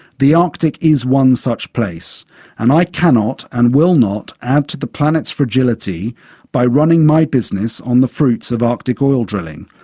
the arctic is one such place and i cannot and will not add to the planet's fragility by running my business on the fruits of arctic oil drilling.